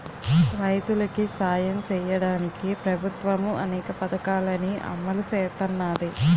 రైతులికి సాయం సెయ్యడానికి ప్రభుత్వము అనేక పథకాలని అమలు సేత్తన్నాది